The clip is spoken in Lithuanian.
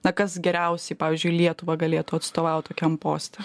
na kas geriausiai pavyzdžiui lietuva galėtų atstovaut tokiam poste